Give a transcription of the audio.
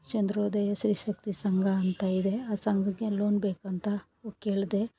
ಚಂದ್ರೋದಯ ಸ್ತ್ರೀ ಶಕ್ತಿ ಸಂಘ ಅಂತ ಇದೆ ಆ ಸಂಘಕ್ಕೆ ಲೋನ್ ಬೇಕಂತ ಹೋಗಿ ಕೇಳಿದೆ